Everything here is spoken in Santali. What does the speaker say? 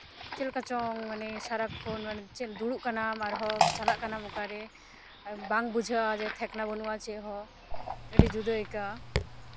ᱪᱮᱫ ᱞᱮᱠᱟ ᱪᱚᱝ ᱢᱟᱱᱮ ᱥᱟᱨᱟᱠᱷᱚᱱ ᱫᱩᱲᱩᱵ ᱠᱟᱱᱟᱢ ᱟᱨᱦᱚᱸ ᱪᱟᱞᱟᱜ ᱠᱟᱱᱟᱢ ᱚᱠᱟᱨᱮ ᱟᱨ ᱵᱟᱝ ᱵᱩᱡᱷᱟᱹᱜᱼᱟ ᱡᱮ ᱛᱟᱦᱮᱸ ᱠᱟᱱᱟ ᱵᱟᱹᱱᱩᱜᱼᱟ ᱪᱮᱫ ᱦᱚᱸ ᱟᱹᱰᱤ ᱡᱩᱫᱟᱹ ᱟᱭᱠᱟᱹᱜᱼᱟ